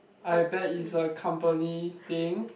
I bet is a company thing